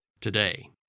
today